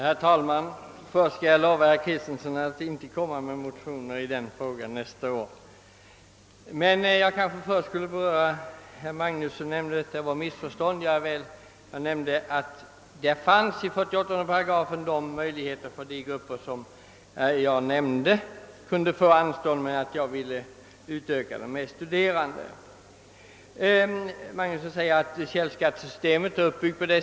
Herr talman! Först skall jag lova herr Kristenson att inte väcka några motioner i denna fråga nästa år. Herr Magnusson i Borås talade om missförstånd. Jag erinrade om att 48 8 innehåller möjligheter för de grupper som jag nämnde att få anstånd, och jag ville utöka listan med de studerande. Herr Magnusson redogjorde för källskattesystemets uppbyggnad.